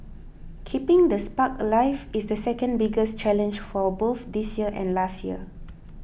keeping the spark alive is the second biggest challenge for both this year and last year